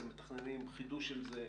אתם מתכננים חידוש של זה,